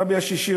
הרבי השישי,